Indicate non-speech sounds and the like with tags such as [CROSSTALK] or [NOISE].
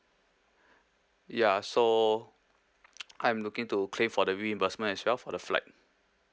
ya so [NOISE] I'm looking to claim for the reimbursement as well for the flight